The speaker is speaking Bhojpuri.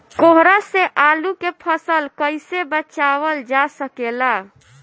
कोहरा से आलू के फसल कईसे बचावल जा सकेला?